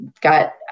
got